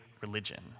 religion